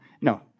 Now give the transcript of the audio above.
No